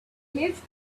left